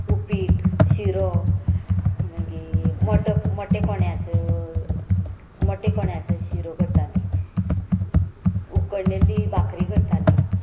उपीट शिरो मागीर मोठ मोठो कोण्यांचो मोठे कोण्यांचो शिरो करतालीं उकडलेली बाकरी करतालीं